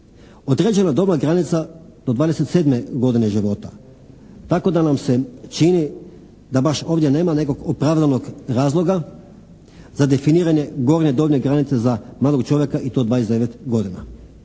Određena dobna granica do dvadeset sedme godine života, tako da nam se čini da baš ovdje nema nekog opravdanog razloga za definiranje gornje dobne granice za mladog čovjeka i to dvadeset